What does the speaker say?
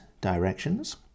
directions